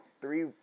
three